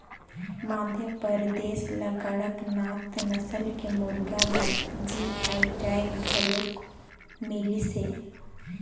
मध्यपरदेस ल कड़कनाथ नसल के मुरगा बर जी.आई टैग घलोक मिलिसे